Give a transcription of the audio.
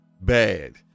bad